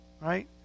Right